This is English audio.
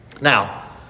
Now